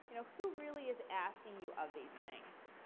know, who really is asking you of these things.